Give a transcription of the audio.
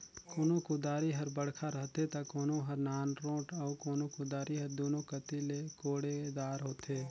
कोनो कुदारी हर बड़खा रहथे ता कोनो हर नानरोट अउ कोनो कुदारी हर दुनो कती ले कोड़े दार होथे